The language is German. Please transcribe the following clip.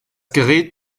gerät